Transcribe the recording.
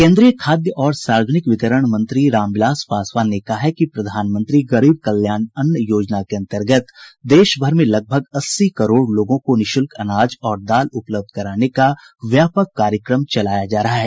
केन्द्रीय खाद्य और सार्वजनिक वितरण मंत्री रामविलास पासवान ने कहा है कि प्रधानमंत्री गरीब कल्याण अन्न योजना के अंतर्गत देशभर में करीब अस्सी करोड़ लोगों को निशुल्क अनाज और दाल उपलब्ध कराने का व्यापक कार्यक्रम चलाया जा रहा है